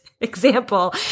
example